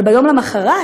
אבל ביום למחרת,